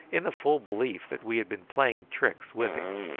in the full belief that we had been playing tricks with him.